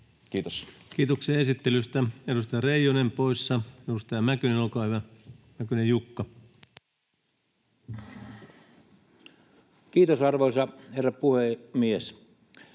Kiitos. Kiitoksia esittelystä. — Edustaja Reijonen poissa. — Edustaja Mäkynen, Jukka, olkaa hyvä. Kiitos, arvoisa herra puhemies!